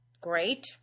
great